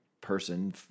person